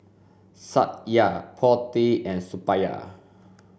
Satya Potti and Suppiah